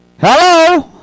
Hello